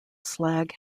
slag